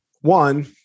one